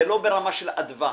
זה לא ברמה של אדווה,